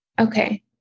Okay